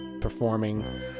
performing